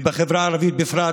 ובחברה הערבית בפרט,